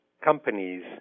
companies